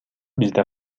бизде